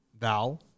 Val